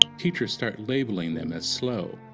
teachers start labeling them as slow,